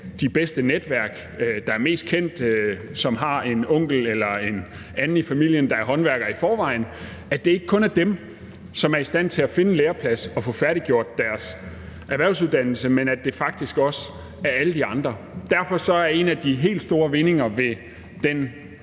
de bedste netværk – dem, der er mest kendte, og som har en onkel eller en anden i familien, der er håndværker i forvejen – som er i stand til at finde en læreplads og få færdiggjort deres erhvervsuddannelse, men at det faktisk også er alle de andre. Derfor er en af de helt store vindinger ved den